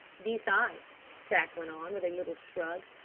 besides, jack went on, with a little shrug,